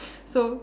so